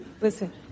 listen